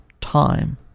time